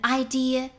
idea